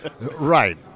Right